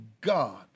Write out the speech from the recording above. God